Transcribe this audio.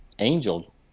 Angel